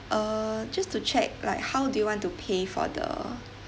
err just to check like how do you want to pay for the